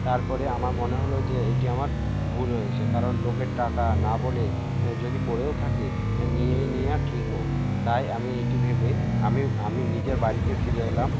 তারপরে আমার মনে হল যে এটি আমার ভুল হয়েছে কারণ লোকের টাকা না বলে যদি পড়েও থাকে নিয়ে নেওয়া ঠিক নয় তাই আমি এটি ভেবে আমি নিজের বাড়িতে ফিরে এলাম